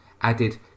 added